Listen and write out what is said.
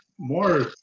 more